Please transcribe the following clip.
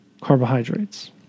carbohydrates